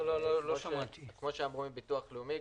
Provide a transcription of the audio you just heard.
כמו שאמרו בביטוח הלאומי,